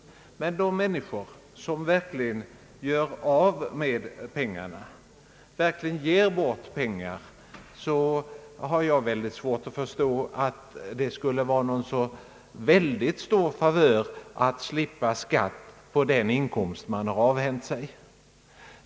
Men de människor som verkligen ger bort pengar? Jag har svårt att förstå att det skulle vara en så stor favör att slippa skatt på den inkomst man avhänt sig.